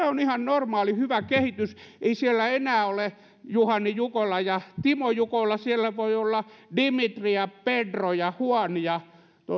on ihan normaali hyvä kehitys ei siellä enää ole juhani jukola ja timo jukola siellä voi olla dimitri ja pedro ja juan ja